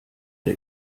der